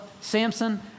Samson